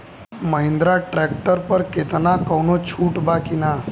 Mahindra tractor पर केतना कौनो छूट बा कि ना?